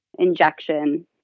injection